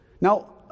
Now